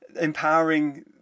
empowering